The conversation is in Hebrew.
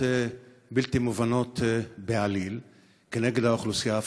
בלתי מובנות בעליל כנגד האוכלוסייה הפלסטינית.